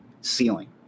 ceiling